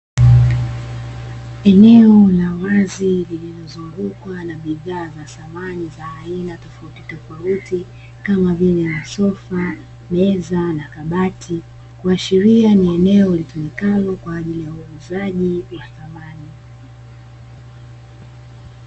Eneo la wazi, lililozungukwa na bidhaa za samani za aina tofauti tofauti, kama vile; masofa, meza na kabati, kuashiria ni eneo litumikalo kwa ajili ya uuzaji wa samani.